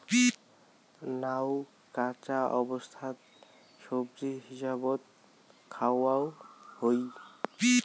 নাউ কাঁচা অবস্থাত সবজি হিসাবত খাওয়াং হই